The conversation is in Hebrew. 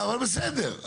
אבל בסדר.